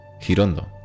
Girondo